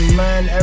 man